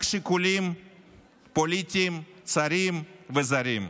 רק שיקולים פוליטיים צרים וזרים.